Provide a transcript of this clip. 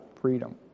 freedom